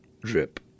drip